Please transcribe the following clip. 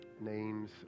names